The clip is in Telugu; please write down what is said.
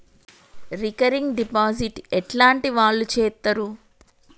రికరింగ్ డిపాజిట్ ఎట్లాంటి వాళ్లు చేత్తరు?